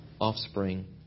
offspring